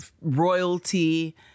royalty